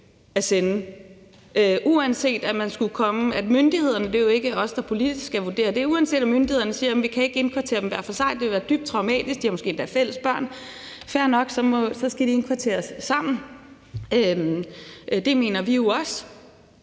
Jeg synes, det er et vigtigt signal at sende. Det jo ikke os, der politisk skal vurdere det. Det er, uanset om myndighederne siger: Vi kan ikke indkvartere dem hver for sig; det vil være dybt traumatisk; de har måske endda fælles børn. Fair nok, så skal de indkvarteres sammen. Det mener vi jo også.